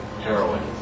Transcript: Heroin